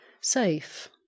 safe